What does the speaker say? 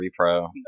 repro